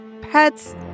pets